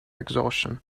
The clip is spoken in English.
exhaustion